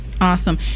Awesome